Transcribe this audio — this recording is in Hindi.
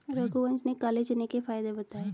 रघुवंश ने काले चने के फ़ायदे बताएँ